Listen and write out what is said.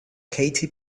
katy